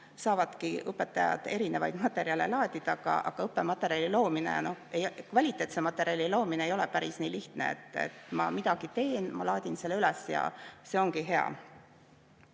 saavadki õpetajad erinevaid materjale laadida. Aga õppematerjali loomine, kvaliteetse materjali loomine ei ole päris nii lihtne, et ma midagi teen, laadin selle üles ja see ongi hea.